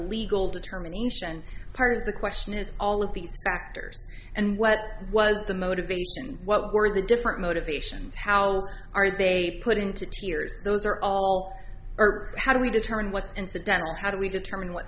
legal determination part of the question is all of these factors and what was the motivation what were the different motivations how are they put into tears those are all or how do we determine what's incidental how do we determine what